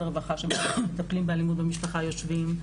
הרווחה שמטפלים באלימות במשפחה יושבים,